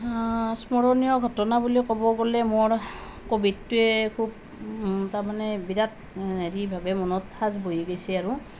হা স্মৰণীয় ঘটনা বুলি ক'ব গ'লে মোৰ ক'ভিডটোৱে খুব তাৰমানে বিৰাট হেৰিভাৱে মনত সাঁচ বহি গৈছে আৰু